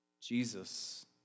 Jesus